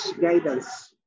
guidance